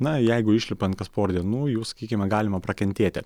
na jeigu išlipant kas porą dienų jau sakykime galima prakentėti